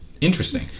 interesting